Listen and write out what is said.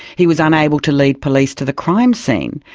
he was unable to lead police to the crime scene,